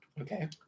Okay